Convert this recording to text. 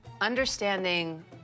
Understanding